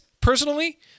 personally